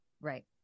right